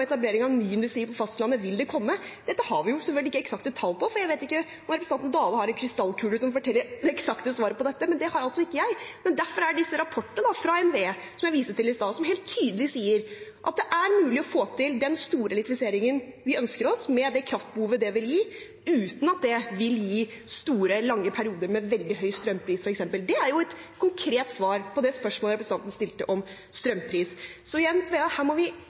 etablering av ny industri på fastlandet det vil komme. Dette har vi selvfølgelig ikke eksakte tall på. Jeg vet ikke om representanten Dale har en krystallkule som forteller det eksakte svaret på dette, men det har altså ikke jeg. Disse rapportene fra NVE, som jeg viste til i stad, sier helt tydelig at det er mulig å få til den store elektrifiseringen vi ønsker oss, med det kraftbehovet det vil gi, uten at det vil gi store, lange perioder med veldig høy strømpris, f.eks. Det er et konkret svar på det spørsmålet representanten stilte om strømpris. Igjen: Her må vi